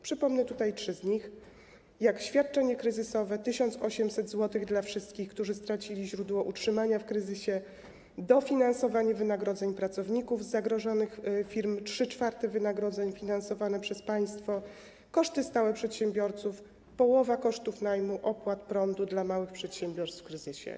Przypomnę tutaj trzy z nich: świadczenie kryzysowe - 1800 zł dla wszystkich, którzy stracili źródło utrzymania w kryzysie, dofinansowanie wynagrodzeń pracowników zagrożonych firm - 3/4 wynagrodzeń finansowane przez państwo, koszty stałe przedsiębiorców - połowa kosztów najmu, opłat za prąd dla małych przedsiębiorstw w kryzysie.